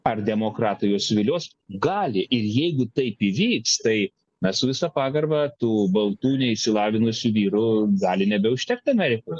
ar demokratai juos suvilios gali ir jeigu taip įvyks tai mes su visa pagarba tų baltų neišsilavinusių vyrų gali nebeužtekti amerikos